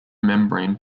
membrane